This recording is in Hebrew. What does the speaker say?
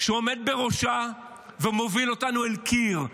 שעומד בראשה ומוביל אותנו אל קיר,